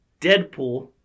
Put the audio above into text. Deadpool